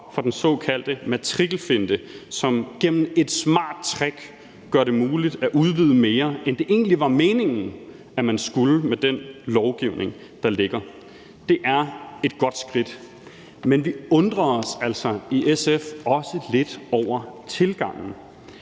for den såkaldte matrikelfinte, som gennem et smart trick gør det muligt at udvide mere, end det egentlig var meningen at man skulle med den lovgivning, der ligger. Det er et godt skridt. Men vi undrer os altså i SF også lidt over tilgangen.